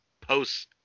posts